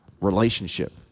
relationship